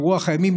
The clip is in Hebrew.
ברוח הימים,